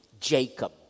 Jacob